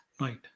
Right